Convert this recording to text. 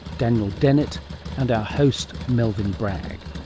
daniel dennett and our host melvyn bragg.